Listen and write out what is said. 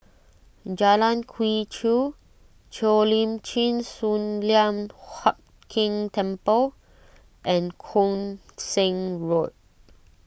Jalan Quee Chew Cheo Lim Chin Sun Lian Hup Keng Temple and Koon Seng Road